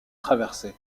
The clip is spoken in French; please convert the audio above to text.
traversé